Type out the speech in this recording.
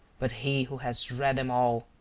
but he who has read them all,